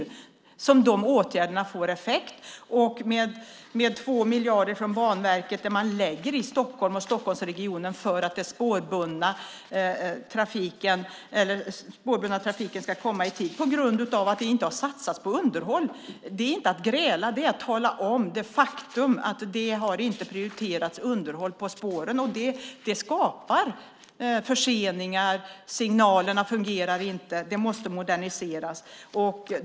På grund av att det inte har satsats på underhåll lägger Banverket 2 miljarder på Stockholm och Stockholmsregionen för att den spårbundna trafiken ska komma i tid. Att säga det är inte att gräla. Det är att tala om att underhåll av spåren inte har prioriterats. Det skapar förseningar. Signalerna fungerar inte. Det måste moderniseras.